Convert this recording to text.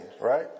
right